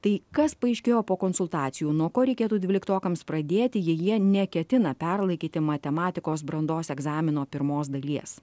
tai kas paaiškėjo po konsultacijų nuo ko reikėtų dvyliktokams pradėti jei jie neketina perlaikyti matematikos brandos egzamino pirmos dalies